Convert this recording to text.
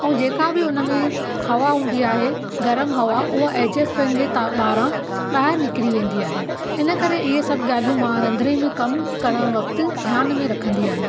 ऐं जेका बि उन में हवा हूंदी आहे गरम हवा उहा एजेस्ट फैन जे पारां ॿाहिरि निकिरी वेन्दी आहे इन करे इहे सभु ॻाल्हियूं मां रंधिणे में कमु करणु वक़्तु मां ध्यान में रखंदी आहियां